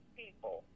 people